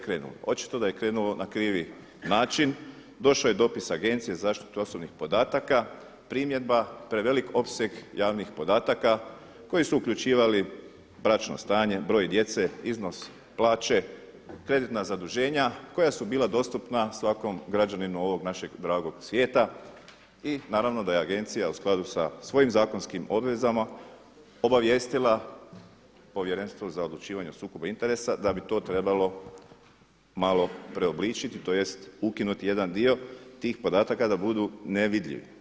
krenulo na krivi način, došao je dopis Agencije za zaštitu osobnih podataka, primjedba prevelik opseg javnih podataka koji su uključivali bračno stanje, broj djece, iznos plaće, kreditna zaduženja koja su bila dostupna svakom građaninu ovog našeg dragog svijeta i naravno da je Agencija u skladu sa svojim zakonskim obvezama obavijestila Povjerenstvo za odlučivanje o sukobu interesa da bi to trebalo malo preobličiti tj. ukinuti jedan dio tih podataka da budu nevidljivi.